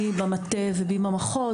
מי במטה ומי במחוז וגם כאגפי חינוך,